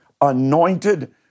anointed